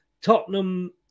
Tottenham